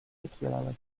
particularly